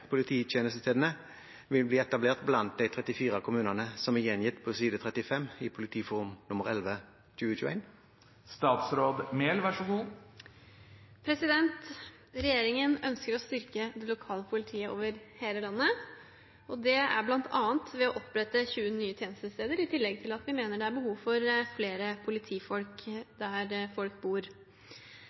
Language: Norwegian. polititjenestestedene vil etableres blant de 34 kommunene som er omtalt på side 35 i Politiforum nr. 11 2021?» Regjeringen ønsker å styrke det lokale politiet over hele landet, bl.a. ved å opprette 20 nye tjenestesteder, i tillegg til at vi mener det er behov for flere politifolk der folk bor.